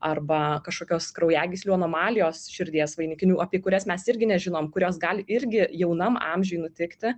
arba kažkokios kraujagyslių anomalijos širdies vainikinių apie kurias mes irgi nežinom kurios gali irgi jaunam amžiuj nutikti